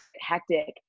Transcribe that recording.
hectic